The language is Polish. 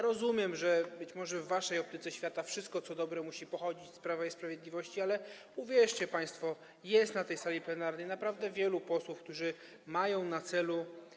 Rozumiem, że być może w waszej optyce świata wszystko, co dobre, musi pochodzić od Prawa i Sprawiedliwości, ale uwierzcie państwo, jest na tej sali plenarnej naprawdę wielu posłów, którzy mają na celu.